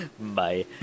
Bye